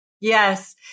Yes